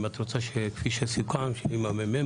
כפי שסוכם עם המ.מ.מ.